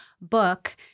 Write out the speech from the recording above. book